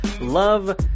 love